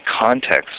context